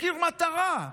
במחיר מטרה,